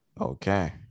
Okay